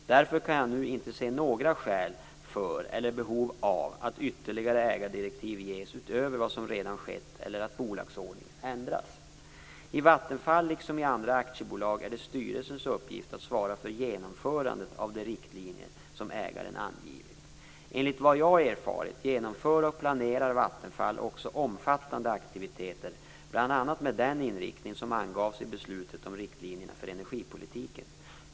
Därför kan jag nu inte se några skäl för eller behov av att ytterligare ägardirektiv ges utöver vad som redan skett eller att bolagsordningen ändras. I Vattenfall liksom i andra aktiebolag är det styrelsens uppgift att svara för genomförandet av de riktlinjer som ägaren angivit. Enligt vad jag har erfarit genomför och planerar Vattenfall också omfattande aktiviteter bl.a. med den inriktning som angavs i beslutet om riktlinjer för energipolitiken.